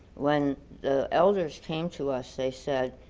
when the elders came to us they said,